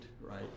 right